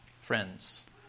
friends